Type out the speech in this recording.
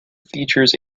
features